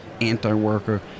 anti-worker